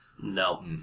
No